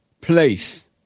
place